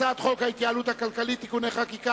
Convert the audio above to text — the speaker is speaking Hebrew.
הצעת חוק ההתייעלות הכלכלית (תיקוני חקיקה